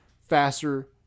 faster